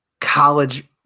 college